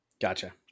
gotcha